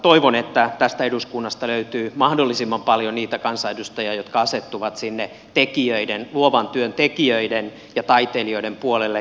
toivon että tästä eduskunnasta löytyy mahdollisimman paljon niitä kansanedustajia jotka asettuvat sinne luovan työn tekijöiden ja taiteilijoiden puolelle